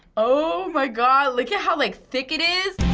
oh my god. look at how like thick it is.